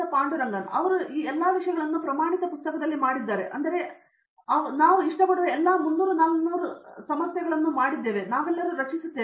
ಪಾಂಡುರಂಗನ್ ಅವರು ಈ ಎಲ್ಲ ವಿಷಯಗಳನ್ನೂ ಪ್ರಮಾಣಿತ ಪುಸ್ತಕದಲ್ಲಿ ಮಾಡಿದ್ದಾರೆ ಅಥವಾ ನಾವು ಇಷ್ಟಪಡುವ ಎಲ್ಲ 300 400 ಸಮಸ್ಯೆಗಳನ್ನು ಮಾಡಿದ್ದೇವೆ ಮತ್ತು ನಾವೆಲ್ಲರೂ ರಚಿಸುತ್ತೇವೆ